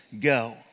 go